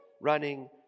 running